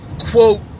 quote